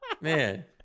Man